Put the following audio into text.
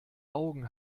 augen